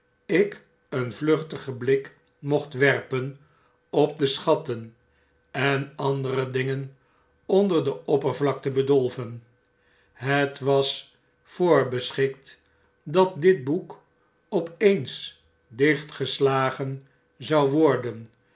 ik een vluchtigen blik mocht werpen op de schatten en andere dingen onder de oppervlakte bedolven het was voorbeschikt dat dit boek op eens dichtgeslagen zou worden